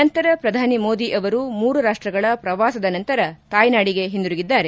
ನಂತರ ಪ್ರಧಾನಿ ಮೋದಿ ಅವರು ಮೂರು ರಾಷ್ಷಗಳ ಪ್ರವಾಸದ ನಂತರ ತಾಯ್ನಾಡಿಗೆ ಹಿಂತಿರುಗಿದ್ದಾರೆ